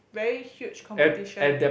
very huge competition